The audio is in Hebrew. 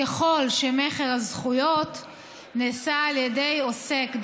ככל שמכר הזכויות נעשה על ידי עוסק,